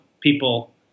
people